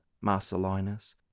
Marcellinus